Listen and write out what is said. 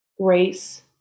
grace